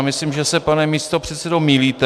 Myslím, že se, pane místopředsedo, mýlíte.